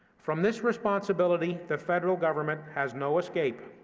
from this responsibility, the federal government has no escape.